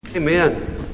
Amen